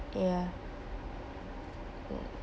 ya ya